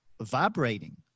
vibrating